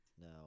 No